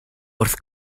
wrth